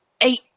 eight